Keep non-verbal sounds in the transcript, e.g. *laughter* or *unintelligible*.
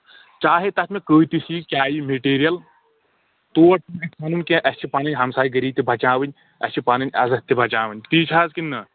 چاہے تَتھ مےٚ کۭتِس یی کیٛاہ یی میٹیٖرِیَل تور *unintelligible* سَنُن کینٛہہ اَسہِ چھِ پَنٕنۍ ہَمساے گٔری تہِ بَچاوٕنۍ اَسہِ چھِ پَنٕنۍ عزَتھ تہِ بَچاوٕنۍ تی چھُ حظ کِنہِٕ نہ